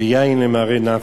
ויין למרי נפש".